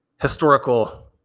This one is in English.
historical